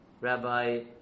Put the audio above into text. Rabbi